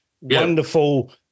wonderful